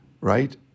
right